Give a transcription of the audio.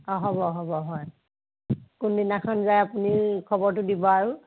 অ হ'ব হ'ব হয় কোনদিনাখন যায় আপুনি খবৰটো দিব আৰু